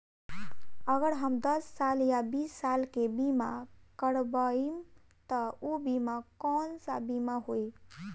अगर हम दस साल या बिस साल के बिमा करबइम त ऊ बिमा कौन सा बिमा होई?